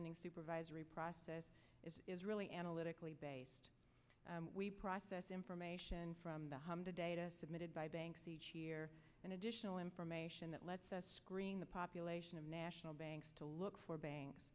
lending supervisory process is really analytically based we process information from the home to data submitted by banks each year and additional information that lets us screen the population of national banks to look for bank